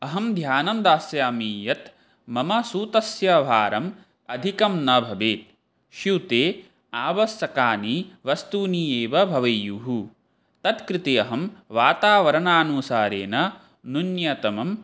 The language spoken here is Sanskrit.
अहं ध्यानं दास्यामि यत् मम सूतस्य भारः अधिकः न भवेत् स्यूते आवश्यकानि वस्तूनि एव भवेयुः तत्कृते अहं वातावरणानुसारेण